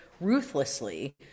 ruthlessly